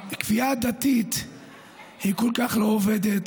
הכפייה הדתית היא כל כך לא עובדת.